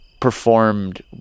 performed